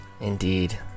indeed